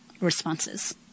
responses